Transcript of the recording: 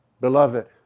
Beloved